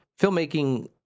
filmmaking